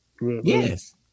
Yes